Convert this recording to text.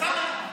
סתם,